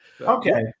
Okay